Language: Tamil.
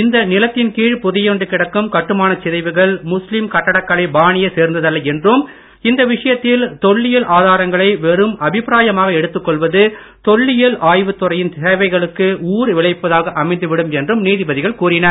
இந்த நிலத்தின் கீழ் புதையுண்டு கிடக்கும் கட்டுமானச் சிதைவுகள் முஸ்லீம் கட்டிடக்கலை பாணியை சேர்ந்ததல்ல என்றும் இந்த விஷயத்தில் தொல்லியல் ஆதாரங்களை வெறும் அபிப்ராயமாக எடுத்துக் கொள்வது தொல்லியல் ஆய்வுத்துறையின் சேவைகளுக்கு ஊறு விளைவிப்பதாக அமைந்துவிடும் என்றும் நீதிபதிகள் கூறினர்